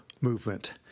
movement